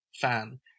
fan